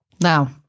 Now